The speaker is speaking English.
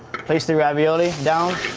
place the ravioli down,